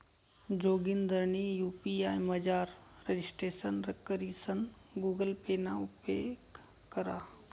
जोगिंदरनी यु.पी.आय मझार रजिस्ट्रेशन करीसन गुगल पे ना उपेग करा